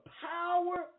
power